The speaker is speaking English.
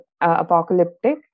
apocalyptic